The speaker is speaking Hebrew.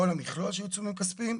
כל המכלול של העיצומים הכספיים,